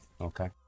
Okay